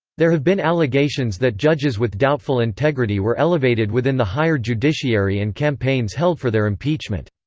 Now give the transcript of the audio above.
there have been allegations that judges with doubtful integrity were elevated within the higher judiciary and campaigns held for their impeachment.